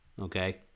okay